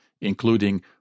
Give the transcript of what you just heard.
including